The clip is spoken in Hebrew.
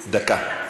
דקה.